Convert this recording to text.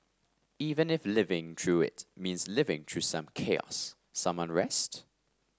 even if living through it means living through some chaos some unrest